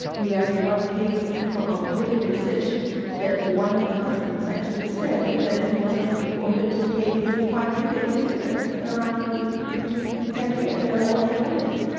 we have one case from our polygamy research that one of the husbands actually has said that he was only ordered to pay thirty five ringgit malaysia, that's around between ten yeah aussie dollars,